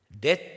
death